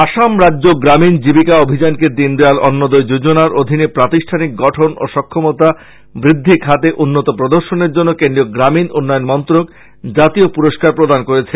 আসাম রাজ্য গ্রামীন জিবিকা অভিযানকে দীনদয়াল অন্তোজয় যোজনার অধীনে প্রতিষ্ঠানিক গঠন ও সক্ষমতা বৃদ্ধি খাতে উন্নত প্রদর্শনের জন্য কেন্দ্রীয় গ্রামীন উন্নয়ন মন্ত্রনালয় জাতীয় পুরস্কার প্রদান করেছে